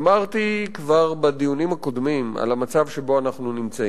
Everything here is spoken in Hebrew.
אמרתי כבר בדיונים הקודמים על המצב שבו אנחנו נמצאים,